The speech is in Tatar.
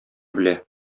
белә